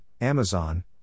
Amazon